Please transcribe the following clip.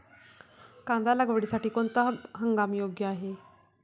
कांदा लागवडीसाठी कोणता हंगाम योग्य आहे?